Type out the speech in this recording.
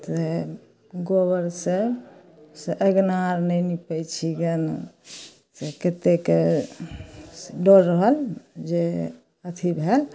से गोबर से से अङ्गना आर नहि निपै छी गैल से कतेके डर रहल जे अथी भेल